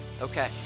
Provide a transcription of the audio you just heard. okay